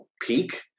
peak